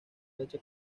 leche